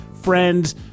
friends